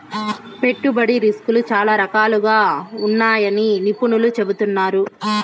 పెట్టుబడి రిస్కులు చాలా రకాలుగా ఉంటాయని నిపుణులు చెబుతున్నారు